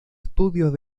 estudios